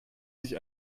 sich